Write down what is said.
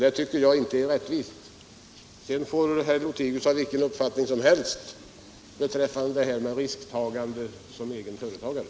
Det tycker jag inte är rättvist. Sedan får herr Lothigius ha vilken uppfattning som helst om risktagandet inom fri företagsamhet.